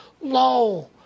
low